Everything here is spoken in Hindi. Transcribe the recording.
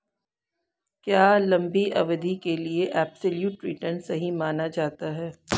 क्या लंबी अवधि के लिए एबसोल्यूट रिटर्न सही माना जाता है?